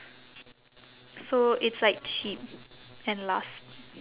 so it's like cheap and lasts